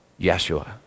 Yeshua